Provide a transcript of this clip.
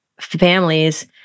families